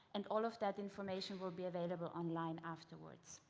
and all of that information will be available online afterwards.